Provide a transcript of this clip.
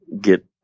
get